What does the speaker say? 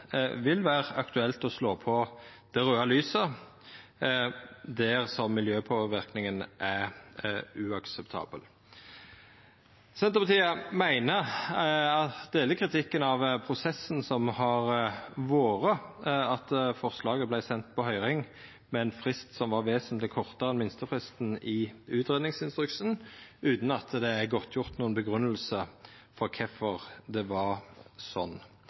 vil vera aktuelt å slå på det raude lyset der miljøpåverknaden er uakseptabel. Senterpartiet deler kritikken av prosessen som har vore, at forslaget vart sendt på høyring med ein frist som var vesentleg kortare enn minstefristen i utgreiingsinstruksen, utan at det er godtgjort noka grunngjeving for kvifor det var sånn.